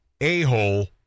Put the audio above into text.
a-hole